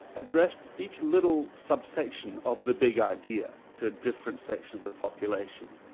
addressed each little subsection of the big idea to a different section of the population.